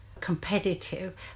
competitive